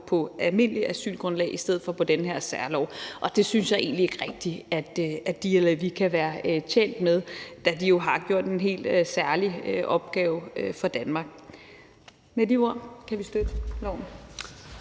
på almindeligt asylgrundlag i stedet for på den her særlov, og det synes jeg egentlig ikke rigtig de eller vi kan være tjent med, da de jo har løst en helt særlig opgave for Danmark. Med de ord kan vi støtte